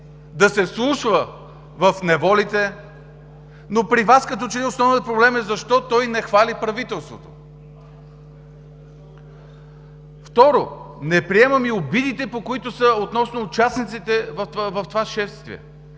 да се вслушва в неволите! Но при Вас като че ли основният проблем е защо той не хвали правителството! Второ, не приемам и обидите относно участниците в това шествие